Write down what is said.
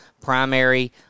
primary